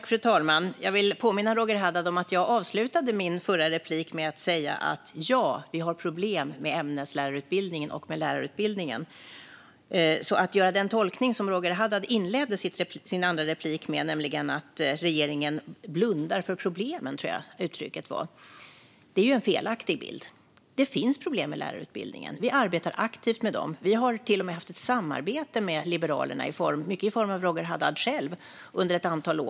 Fru talman! Jag vill påminna Roger Haddad om att jag avslutade mitt förra anförande med att säga vi har problem med ämneslärarutbildningen och med lärarutbildningen. Att göra den tolkning som Roger Haddad inledde sitt andra anförande med, det vill säga att regeringen blundar för problemen, ger en felaktig bild. Det finns problem med lärarutbildningen. Vi arbetar aktivt med dem. Vi har till och med haft ett samarbete med Liberalerna, mycket i form av Roger Haddad själv, under ett antal år.